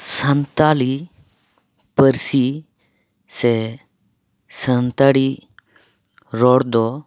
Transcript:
ᱥᱟᱱᱛᱟᱞᱤ ᱯᱟᱹᱨᱥᱤ ᱥᱮ ᱥᱟᱱᱛᱟᱲᱤ ᱨᱚᱲ ᱫᱚ